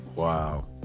Wow